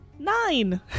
nine